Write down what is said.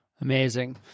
Amazing